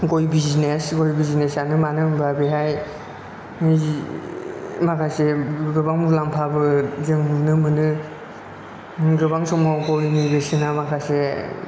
गइ बिजिनेस गइ बिजिनेसानो मानो होनबा बेहाय निजि माखासे गोबां मुलाम्फाबो जों नुनो मोनो गोबां समाव गइनि बेसेना माखासे